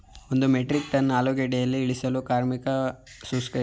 ಒಂದು metric ton ಆಲೂಗೆಡ್ಡೆಯನ್ನು ಇಳಿಸಲು ಕಾರ್ಮಿಕ ಶುಲ್ಕ ಎಷ್ಟು?